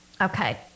Okay